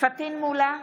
פטין מולא,